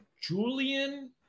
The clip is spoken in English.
Julian